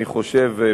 אני חושב,